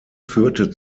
führte